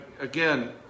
Again